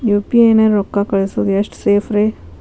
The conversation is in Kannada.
ಯು.ಪಿ.ಐ ನ್ಯಾಗ ರೊಕ್ಕ ಕಳಿಸೋದು ಎಷ್ಟ ಸೇಫ್ ರೇ?